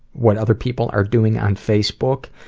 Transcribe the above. what other people are doing on facebook,